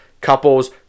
couples